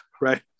right